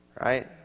Right